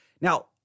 Now